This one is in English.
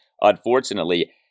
unfortunately